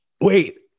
wait